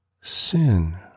sin